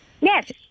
Yes